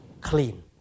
clean